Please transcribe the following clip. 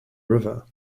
river